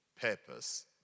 purpose